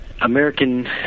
American